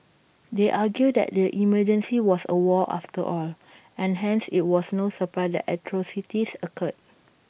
they argue that the emergency was A war after all and hence IT was no surprise that atrocities occurred